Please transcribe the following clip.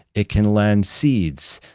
it can lend seeds,